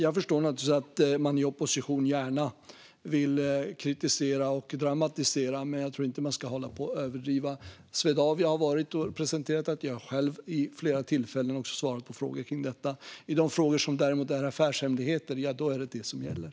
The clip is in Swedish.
Jag förstår naturligtvis att man i opposition gärna vill kritisera och dramatisera, men jag tycker inte att man ska överdriva. Swedavia har presenterat rapporten, och jag har själv vid flera tillfällen också svarat på frågor. I de frågor det däremot är affärshemligheter, ja då är det det som gäller.